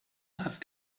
have